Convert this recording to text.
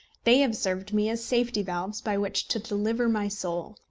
they have served me as safety-valves by which to deliver my soul.